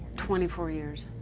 twenty four years.